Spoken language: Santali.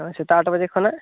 ᱥᱮᱛᱟᱜ ᱟᱸᱴ ᱵᱟᱡᱮ ᱠᱷᱚᱱᱟᱜ